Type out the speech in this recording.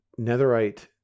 netherite